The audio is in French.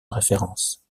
référence